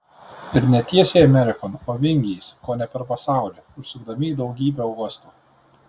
ir ne tiesiai amerikon o vingiais kone per pasaulį užsukdami į daugybę uostų